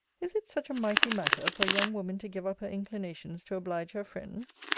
is it such a mighty matter for a young woman to give up her inclinations to oblige her friends?